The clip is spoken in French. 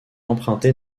emprunté